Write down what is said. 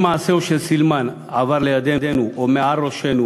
אם מעשהו של סילמן עבר לידנו או מעל ראשינו